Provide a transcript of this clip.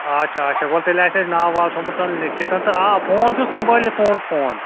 اَچھا اچھا ول تیٚلہِ آسہِ اَسہِ ناو واو تھوٚمُت لیٚکھتن تہٕ آ فون چھُ سمبٲلِتھ تُہنٛد فون